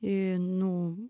ir nu